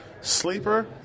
Sleeper